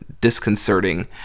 disconcerting